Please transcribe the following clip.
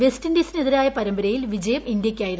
west ഇൻഡ്യൂസ്സിനെതിരായ പരമ്പരയിൽ വിജയം ഇന്ത്യയ്ക്കായിരുന്നു